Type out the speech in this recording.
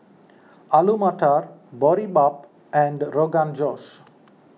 Alu Matar Boribap and Rogan Josh